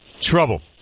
Trouble